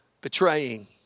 betraying